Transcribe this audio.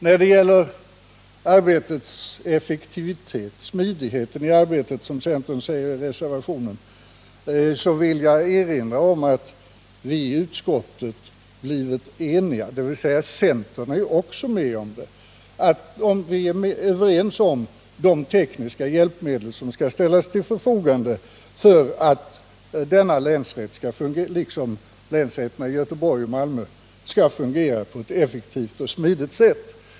När det gäller arbetets effektivitet, smidigheten i arbetet som centern säger i reservationen, vill jag erinra om att vi i utskottet är eniga — dvs. centern är också med på det om de tekniska hjälpmedel som skall ställas till förfogande för att denna länsrätt liksom länsrätterna i Göteborg och Malmö skall fungera effektivt och smidigt.